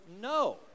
No